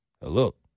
look